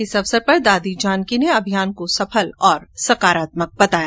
इस अवसर पर दादी जानकी ने अभियान को सफल और सकारात्मक बताया